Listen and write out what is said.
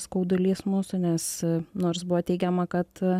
skaudulys mūsų nes nors buvo teigiama kad